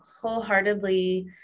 wholeheartedly